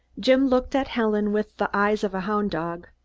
jim looked at helen with the eyes of a hound-dog.